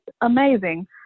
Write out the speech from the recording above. amazing